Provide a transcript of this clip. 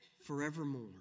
Forevermore